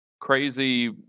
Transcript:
crazy